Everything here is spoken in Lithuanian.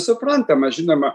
suprantama žinoma